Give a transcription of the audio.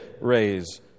raise